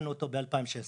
ששמענו מגב' הורוביץ.